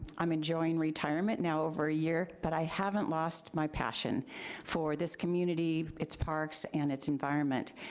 i'm enjoying retirement now over a year, but i haven't lost my passion for this community, its parks and its environment.